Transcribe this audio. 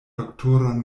doktoron